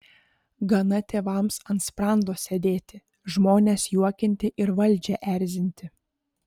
gana tėvams ant sprando sėdėti žmones juokinti ir valdžią erzinti